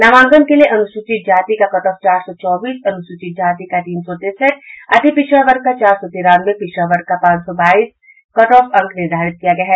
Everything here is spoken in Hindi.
नामांकन के लिये अनुसूचित जनजाति का कटऑफ चार सौ चौबीस अनुसूचित जाति का तीन सौ तिरसठ अति पिछड़ा वर्ग का चार सौ तिरानवे पिछड़ा वर्ग का पांच सौ बाईस कटऑफ अंक निर्धारित किया गया है